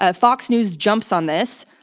ah fox news jumps on this.